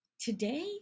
today